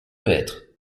hêtres